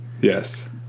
Yes